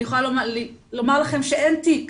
אני יכולה לומר לכם שאין תיק